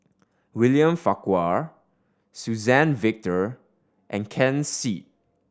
William Farquhar Suzann Victor and Ken Seet